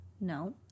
No